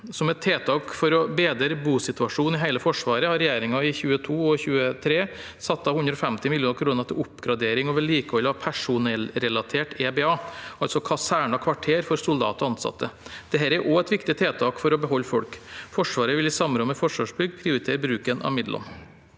Som et tiltak for å bedre bosituasjonen i hele Forsvaret har regjeringen i 2022 og 2023 satt av 150 mill. kr til oppgradering og vedlikehold av personellrelatert EBA, altså kaserner og kvarterer for soldater og ansatte. Dette er også et viktig tiltak for å beholde folk. Forsvaret vil i samråd med Forsvarsbygg prioritere bruken av midlene.